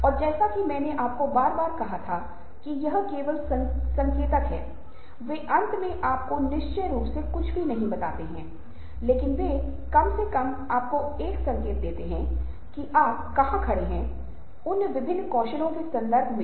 और उन्होंने बहुत सारे प्रश्न और क्विज़ उत्पन्न किए हैं जो आपको प्रकृति में अपने मूल में कुछ अंतर्दृष्टि प्रदान करेंगे जब यह खुश होने उत्साहपूर्ण होने और उस जैसी चीजों की बात आती है